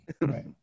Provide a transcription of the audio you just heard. right